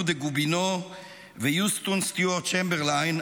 דה גובינו ויוסטון סטיוארט צ'מברליין,